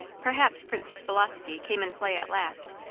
perhaps prince's philosophy came in play at last,